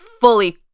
fully